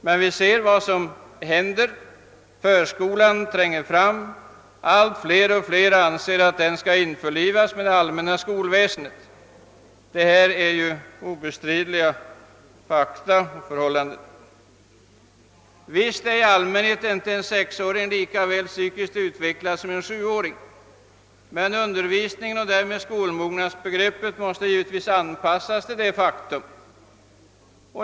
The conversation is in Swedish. Men vi ser dock att förskolan tränger fram. Allt fler anser att den skall in förlivas med det allmänna skolväsendet. Detta är obestridliga fakta och förhållanden. Visst är i allmänhet inte en sexåring lika väl psykiskt utvecklad som en sjuåring. Men undervisningen och därmed skolmognadsbegreppet måste givetvis anpassas till detta faktum.